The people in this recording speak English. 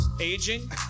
Aging